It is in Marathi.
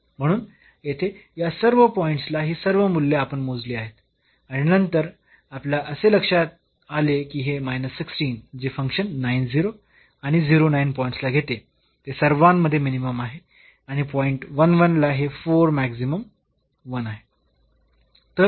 म्हणून येथे या सर्व पॉईंट्सला ही सर्व मूल्ये आपण मोजली आहेत आणि नंतर आपल्या असे लक्षात आले की हे जे फंक्शन आणि पॉईंटला घेते ते सर्वांमध्ये मिनिमम आहे आणि पॉईंट ला हे 4 मॅक्सिमम 1 आहे